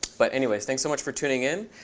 but, anyways, thanks so much for tuning in.